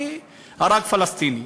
כי הרג פלסטיני.